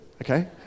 Okay